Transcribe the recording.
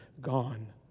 Gone